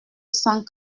cent